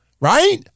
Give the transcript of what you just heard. right